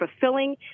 fulfilling